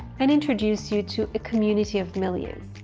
and introduce you to a community of millions.